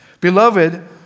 Beloved